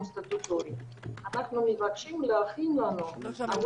סטטוטורי אנחנו מבקשים להכין לנו חוברת מאוד רצינית,